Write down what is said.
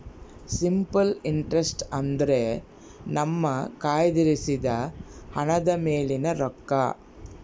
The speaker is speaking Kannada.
ಸಿಂಪಲ್ ಇಂಟ್ರಸ್ಟ್ ಅಂದ್ರೆ ನಮ್ಮ ಕಯ್ದಿರಿಸಿದ ಹಣದ ಮೇಲಿನ ರೊಕ್ಕ